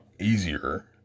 easier